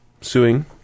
suing